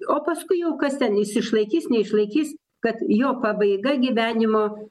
o paskui jau kas ten jis išlaikys neišlaikys kad jo pabaiga gyvenimo